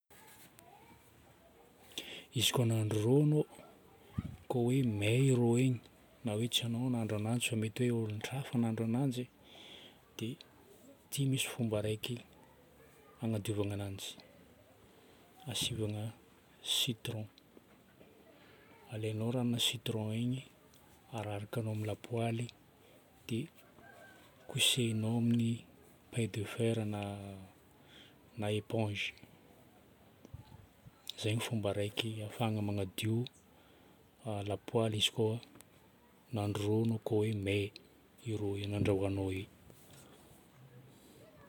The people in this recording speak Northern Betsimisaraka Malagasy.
Izy koa nandro rogno ko hoe may ro igny, na hoe tsy ano nahandro ananjy fa mety hoe olotrafa nahandro ananjy, dia ity misy fomba raiky agnadiovana ananjy: asivagna citron. Alaignao ranona citron igny, ararakanao amin'ny lapoaly, dia kosehinao amin'ny paille de fer na éponge. Izay no fomba raiky ahafahagna magnadio lapoaly izy koa nandro ro anao koa hoe may.io ro nandrovignao igny.